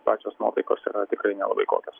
pačios nuotaikos yra tikrai nelabai kokios